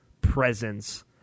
presence